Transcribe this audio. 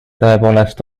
tõepoolest